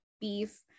beef